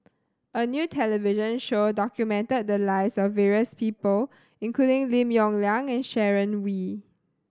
a new television show documented the lives of various people including Lim Yong Liang and Sharon Wee